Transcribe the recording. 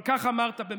אבל כך אמרת במילותיך.